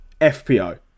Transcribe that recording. FPO